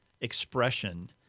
expression